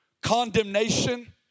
condemnation